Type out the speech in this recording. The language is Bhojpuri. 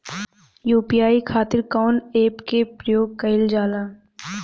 यू.पी.आई खातीर कवन ऐपके प्रयोग कइलजाला?